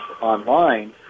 online